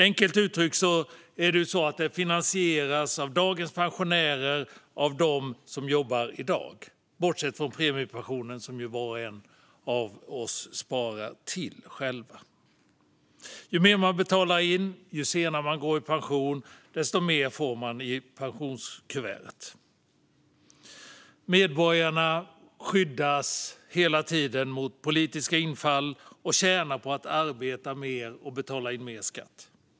Enkelt uttryckt finansieras dagens pensioner av dem som jobbar i dag, bortsett från premiepensionen som var och en av oss sparar till själv. Ju mer man betalar in och ju senare man går i pension, desto mer får man i pensionskuvertet. Medborgarna skyddas hela tiden mot politiska infall och tjänar på att arbeta mer och betala in mer skatt.